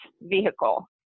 vehicle